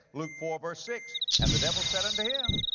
luke four verse six, and the devil said unto him,